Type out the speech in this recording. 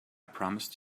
promised